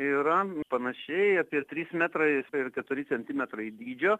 yra panašiai apie trys metrai ir keturi centimetrai dydžio